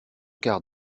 quarts